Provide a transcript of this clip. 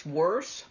worse